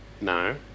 No